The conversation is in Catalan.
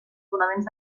fonaments